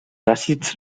àcids